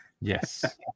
yes